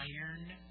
Iron